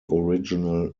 original